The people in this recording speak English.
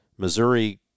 Missouri